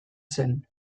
zen